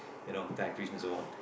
you know and so on